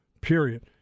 period